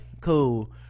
cool